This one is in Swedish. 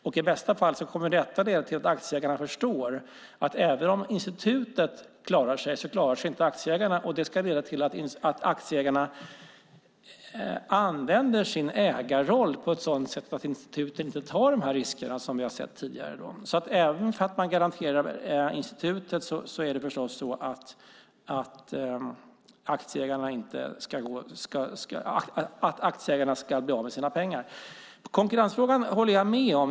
I bästa fall kommer detta att leda till att aktieägarna förstår att även om institutet klarar sig klarar sig inte aktieägarna. Det ska leda till att aktieägarna använder sin ägarroll på sådant sätt att instituten inte tar sådana risker som vi har sett. Även om man garanterar institutet kan aktieägarna bli av med sina pengar. Konkurrensfrågan håller jag med om.